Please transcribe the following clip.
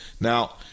Now